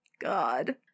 God